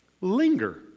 linger